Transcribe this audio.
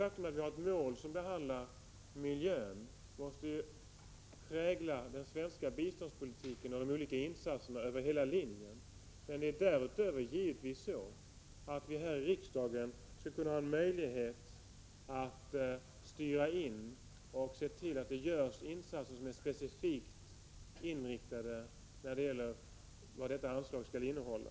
Att vi har ett mål som gäller miljön måste prägla den svenska biståndspolitiken och de olika insatserna över hela linjen. Därutöver måste vi naturligtvis här i riksdagen ha möjlighet att styra och se till, att det görs insatser som är specifikt inriktade på vad detta anslag skall innehålla.